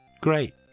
Great